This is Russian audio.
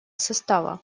состава